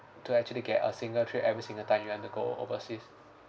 to actually get a single trip every single time you wanna go overseas